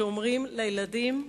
שאומרים לילדים: